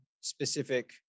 specific